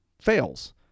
fails